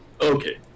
Okay